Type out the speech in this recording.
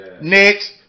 Next